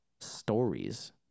stories